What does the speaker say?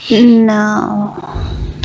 No